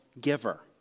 giver